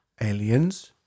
aliens